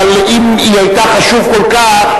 אבל אם היא היתה חשובה כל כך,